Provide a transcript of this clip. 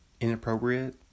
inappropriate